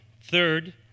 Third